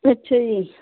ਅੱਛਾ ਜੀ